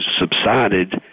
subsided